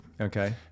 Okay